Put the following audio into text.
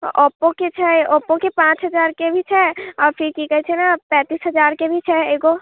ओपोके छै ओपोके पाँच हजार के भी छै आओर फिर कि कहैत छै ने पैतिस हजारके भी छै एगो